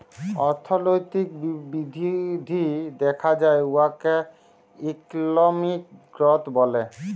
অথ্থলৈতিক বিধ্ধি দ্যাখা যায় উয়াকে ইকলমিক গ্রথ ব্যলে